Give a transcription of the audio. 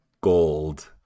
gold